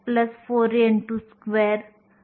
ही इलेक्ट्रॉनची गतीज ऊर्जा आहे